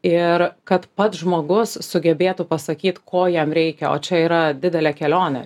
ir kad pats žmogus sugebėtų pasakyt ko jam reikia o čia yra didelė kelionė